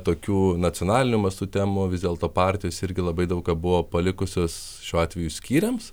tokių nacionaliniu mastu temų vis dėlto partijos irgi labai daug ką buvo palikusios šiuo atveju skyriams